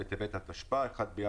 בתקנה 1,